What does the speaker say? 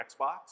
Xbox